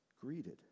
greeted